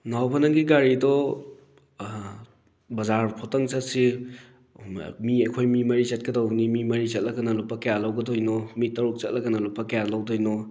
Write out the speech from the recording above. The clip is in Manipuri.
ꯅꯥꯎꯕ ꯅꯪꯒꯤ ꯒꯥꯔꯤꯗꯣ ꯕꯖꯥꯔ ꯐꯥꯎꯗꯪ ꯆꯠꯁꯤ ꯃꯤ ꯑꯈꯣꯏ ꯃꯤ ꯃꯔꯤ ꯆꯠꯀꯗꯧꯕꯅꯤ ꯃꯤ ꯃꯔꯤ ꯆꯠꯂꯒꯅ ꯂꯨꯄꯥ ꯀꯌꯥ ꯂꯧꯒꯗꯣꯏꯅꯣ ꯃꯤ ꯇꯔꯨꯛ ꯆꯠꯂꯒꯅ ꯂꯨꯄꯥ ꯀꯌꯥ ꯂꯧꯗꯣꯏꯅꯣ